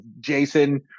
Jason